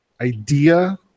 idea